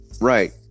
right